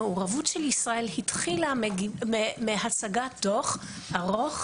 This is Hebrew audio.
המעורבות של ישראל התחילה מהצגת דוח ארוך,